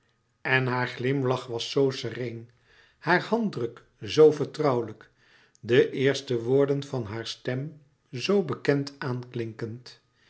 en haar glimlach was zoo sereen haar handdruk zoo vertrouwelijk de eerste woorden van haar stem zoo bekend